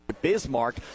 Bismarck